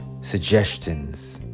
suggestions